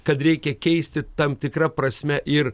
kad reikia keisti tam tikra prasme ir